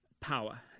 power